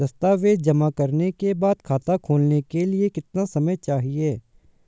दस्तावेज़ जमा करने के बाद खाता खोलने के लिए कितना समय चाहिए?